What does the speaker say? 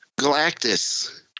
Galactus